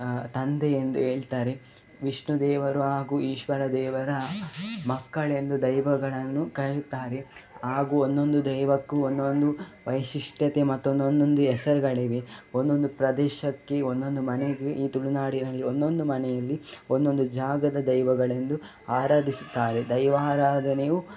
ತಂದೆಯೆಂದು ಹೇಳ್ತಾರೆ ವಿಷ್ಣು ದೇವರು ಹಾಗೂ ಈಶ್ವರ ದೇವರ ಮಕ್ಕಳೆಂದು ದೈವಗಳನ್ನು ಕರೆಯುತ್ತಾರೆ ಹಾಗೂ ಒಂದೊಂದು ದೈವಕ್ಕೂ ಒಂದೊಂದು ವೈಶಿಷ್ಟ್ಯತೆ ಮತ್ತು ಒಂದೊಂದು ಹೆಸರುಗಳಿವೆ ಒಂದೊಂದು ಪ್ರದೇಶಕ್ಕೆ ಒಂದೊಂದು ಮನೆಗೆ ಈ ತುಳುನಾಡಿನಲ್ಲಿ ಒಂದೊಂದು ಮನೆಯಲ್ಲಿ ಒಂದೊಂದು ಜಾಗದ ದೈವಗಳೆಂದು ಆರಾಧಿಸುತ್ತಾರೆ ದೈವಾರಾಧನೆಯು